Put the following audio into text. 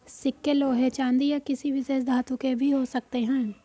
सिक्के लोहे चांदी या किसी विशेष धातु के भी हो सकते हैं